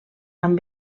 amb